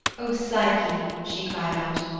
o psyche she cried out,